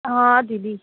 हा दीदी